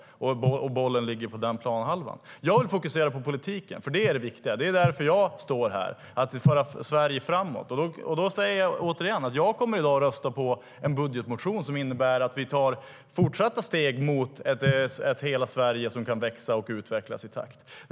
Bollen ligger på den planhalvan. Jag vill fokusera på politiken, för det är det viktiga. Det är därför jag står här - för att föra Sverige framåt. Därför säger jag återigen att jag i dag kommer att rösta på en budgetmotion som innebär att vi tar fortsatta steg mot att hela Sverige kan växa och utvecklas i takt.